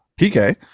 PK